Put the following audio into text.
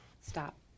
Stop